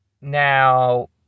Now